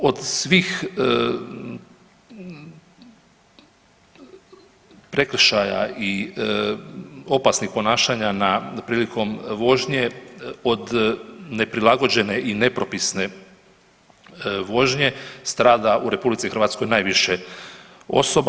U, od svih prekršaja i opasnih ponašanja, prilikom vožnje, od neprilagođene i nepropisne vožnje strada u RH najviše osoba.